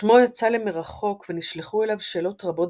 שמו יצא למרחוק ונשלחו אליו שאלות רבות